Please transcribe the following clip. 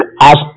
ask